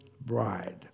bride